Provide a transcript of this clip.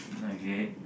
okay